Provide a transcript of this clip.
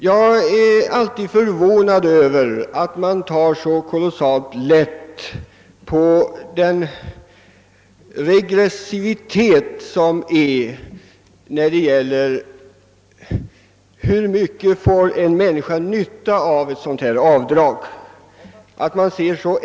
Jag är alltid förvånad över att man tar så kolossalt lätt på frågan hur stor nytta av ett sådant här avdrag en människa får och att man alltså ser så enkelt på den regressiva sidan av problemet.